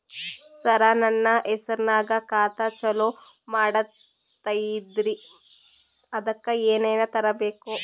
ಸರ, ನನ್ನ ಹೆಸರ್ನಾಗ ಖಾತಾ ಚಾಲು ಮಾಡದೈತ್ರೀ ಅದಕ ಏನನ ತರಬೇಕ?